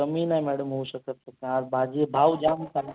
कमी नाही मॅडम होऊ शकत आज भाजी भाव जाम